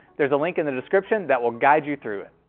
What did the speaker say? there's a link in the description that will guide you through it.